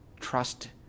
trust